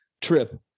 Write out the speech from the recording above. trip